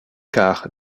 car